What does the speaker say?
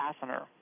fastener